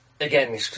again